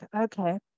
okay